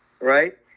right